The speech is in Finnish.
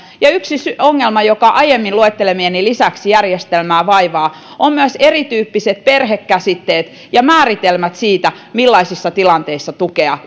yksi ongelma joka aiemmin luettelemieni lisäksi järjestelmää vaivaa on myös erityyppiset perhekäsitteet ja määritelmät siitä millaisissa tilanteissa tukea